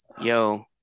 yo